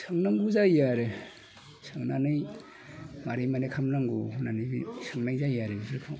सोनांगौ जायो आरो सोंनानै मारै मारै खालामनांगौ होननानै सोंनाय जायो आरो बेफोरखौ